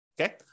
Okay